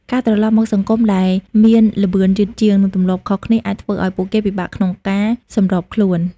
ការត្រឡប់មកសង្គមដែលមានល្បឿនយឺតជាង និងទម្លាប់ខុសគ្នា អាចធ្វើឱ្យពួកគេពិបាកក្នុងការសម្របខ្លួន។